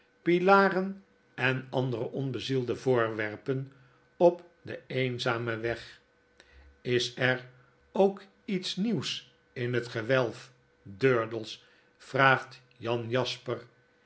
muren deurposten pilarenenandere onbezielde voorwerpen op den eenzamen weg is er ook iets nieuws in het gewelf durdels vraagt jan jasper